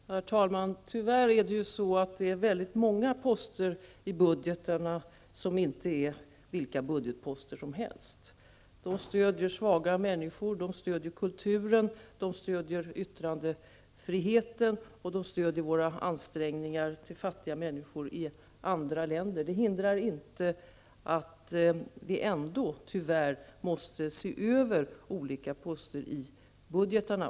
Herr talman! Tyvärr är det många poster i budgetarna som inte är vilka budgetposter som helst. De stödjer svaga människor, de stödjer kulturen, de stödjer yttrandefriheten och de stödjer våra ansträngningar för fattiga människor i andra länder. Det hindrar ändå inte att vi tyvärr måste se över olika poster i budgetarna.